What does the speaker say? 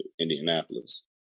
Indianapolis